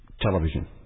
Television